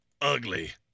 ugly